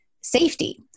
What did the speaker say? safety